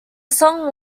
song